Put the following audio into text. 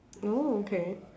oh okay